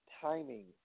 timing